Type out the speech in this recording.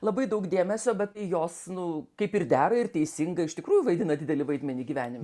labai daug dėmesio bet jos nu kaip ir dera ir teisinga iš tikrųjų vaidina didelį vaidmenį gyvenime